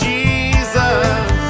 Jesus